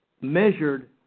measured